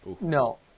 No